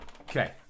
Okay